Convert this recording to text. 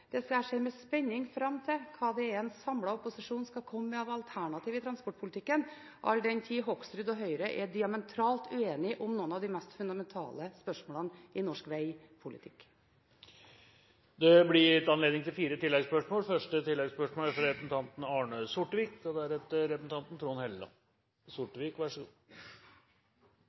med spenning ser fram til hva en samlet opposisjon skal komme med av alternativ i transportpolitikken, all den tid Hoksrud og Høyre er diametralt uenige om noen av de mest fundamentale spørsmålene i norsk vegpolitikk. Det blir gitt anledning til fire oppfølgingsspørsmål – først Arne Sortevik. Til vedlikeholdsetterslep på riksveier, som er